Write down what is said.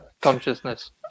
consciousness